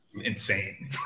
insane